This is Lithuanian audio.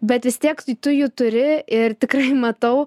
bet vis tiek tu jų turi ir tikrai matau